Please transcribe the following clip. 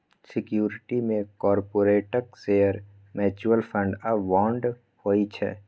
security मे कारपोरेटक share, mutual fund आ बांड होइ छै